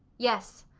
yes,